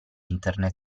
internet